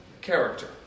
Character